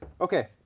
Okay